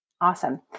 Awesome